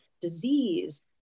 disease